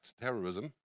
terrorism